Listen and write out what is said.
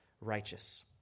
righteous